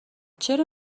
چرا